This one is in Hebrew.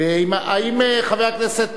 חבר הכנסת